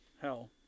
hell